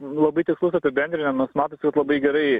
labai tikslus apibendrinimas nu matotjūs labai gerai